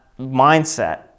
mindset